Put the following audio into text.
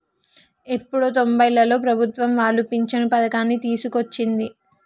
ఎప్పుడో తొంబైలలో ప్రభుత్వం వాళ్లు పించను పథకాన్ని తీసుకొచ్చింది